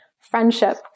friendship